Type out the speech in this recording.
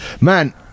man